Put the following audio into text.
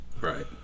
Right